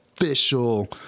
official